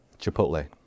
chipotle